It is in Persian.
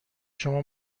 شما